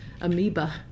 amoeba